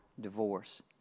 divorce